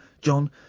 John